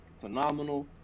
phenomenal